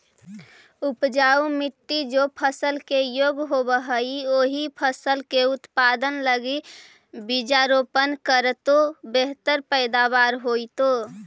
उपजाऊ मट्टी जे फसल के योग्य होवऽ हई, ओही फसल के उत्पादन लगी बीजारोपण करऽ तो बेहतर पैदावार होतइ